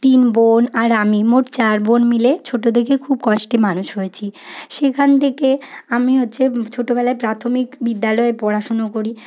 তিন বোন আর আমি মোট চার বোন মিলে ছোটো থেকেই খুব কষ্টে মানুষ হয়েছি সেখান থেকে আমি হচ্ছে ছোটবেলায় প্রাথমিক বিদ্যালয়ে পড়াশুনা করি